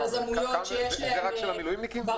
זה רק של המילואימניקים?